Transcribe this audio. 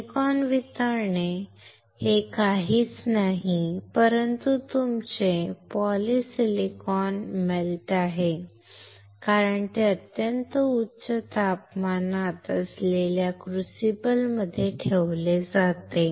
silicon वितळणे हे काहीच नाही परंतु तुमचे पॉलीसिलिकॉन मेल्ट आहे कारण ते अत्यंत उच्च तापमानात असलेल्या क्रूसिबलमध्ये ठेवले जाते